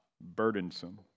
burdensome